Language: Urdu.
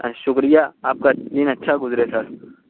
شُکریہ آپ کا دِن اچھا گزرے سر